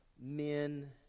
men